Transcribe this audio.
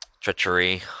treachery